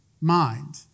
mind